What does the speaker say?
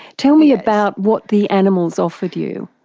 tell me about what the animals offered you.